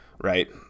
right